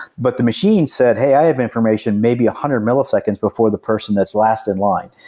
but the machine said, hey, i have information, maybe a hundred milliseconds before the person that's last in line.